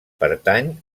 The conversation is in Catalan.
pertany